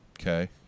Okay